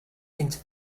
into